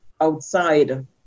outside